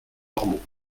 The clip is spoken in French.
normaux